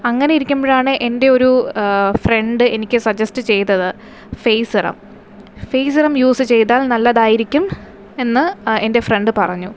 അങ്ങനെ ഇരിക്കുമ്പഴാണ് എൻ്റെ ഒരു ഫ്രണ്ട് എനിക്ക് സജസ്റ്റ് ചെയ്തത് face serum face serum use ചെയ്താൽ നല്ലതായിരിക്കും എന്ന് എൻ്റെ ഫ്രണ്ട് പറഞ്ഞു